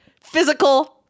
physical